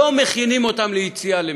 לא מכינים אותם ליציאה למקצוע,